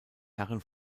herren